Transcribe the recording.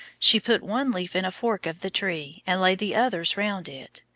she put one leaf in a fork of the tree, and laid the others round it.